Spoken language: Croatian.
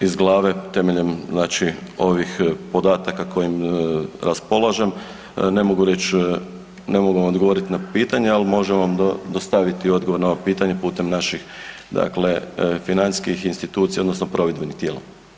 Ovako iz glave, temeljem znači ovih podataka kojim raspolažem ne mogu reći, ne mogu vam odgovoriti na pitanje, ali možemo vam dostaviti odgovor na ovo pitanje putem naših dakle financijskih institucija odnosno provedbenih tijela.